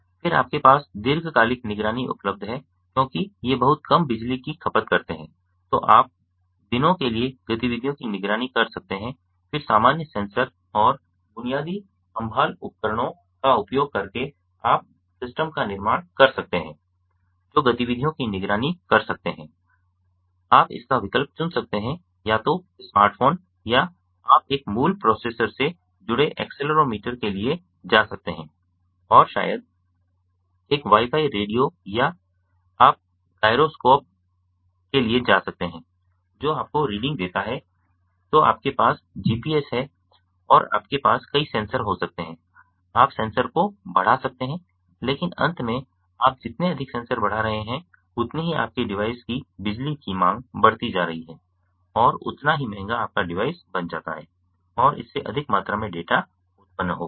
फिर आपके पास दीर्घकालिक निगरानी उपलब्ध है क्योंकि ये बहुत कम बिजली की खपत करते हैं तो आप दिनों के लिए गतिविधियों की निगरानी कर सकते हैं फिर सामान्य सेंसर और बुनियादी संभाल उपकरणों का उपयोग करके आप सिस्टम का निर्माण कर सकते हैं जो गतिविधियों की निगरानी कर सकते हैं आप इसका विकल्प चुन सकते हैं या तो स्मार्टफोन या आप एक मूल प्रोसेसर से जुड़े एक्सेलेरोमीटर के लिए जा सकते हैं और शायद एक वाई फाई रेडियो या आप गायरोस्कोप्स के लिए जा सकते हैं जो आपको रीडिंग देता है तो आपके पास जीपीएस है और आपके पास कई सेंसर हो सकते हैं आप सेंसर को बढ़ा सकते हैं लेकिन अंत में आप जितने अधिक सेंसर बढ़ा रहे हैं उतनी ही आपके डिवाइस की बिजली मांग बढ़ती जा रही है और उतना ही महंगा आपका डिवाइस बन जाता है और इससे अधिक मात्रा में डेटा उत्पन्न होगा